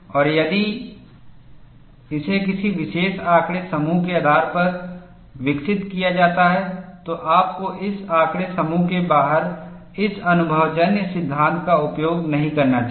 और यदि इसे किसी विशेष आंकड़े समूह के आधार पर विकसित किया जाता है तो आपको इस आंकड़े समूह के बाहर इस अनुभवजन्य सिद्धांत का उपयोग नहीं करना चाहिए